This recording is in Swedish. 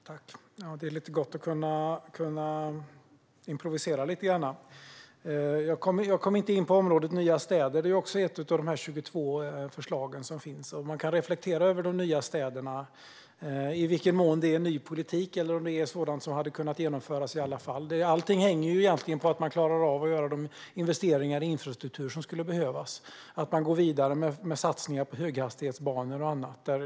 Fru talman! Det är lite gott att kunna improvisera. Jag kom inte in på området nya städer i mitt förra inlägg. Det är också ett av de 22 förslag som finns. Man kan reflektera över i vilken mån de nya städerna är ny politik eller om det är sådant som hade kunnat genomföras i alla fall. Allting hänger egentligen på att man klarar av att göra de investeringar i infrastruktur som skulle behövas och går vidare med satsningar på höghastighetsbanor och annat.